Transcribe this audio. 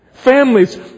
Families